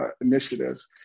initiatives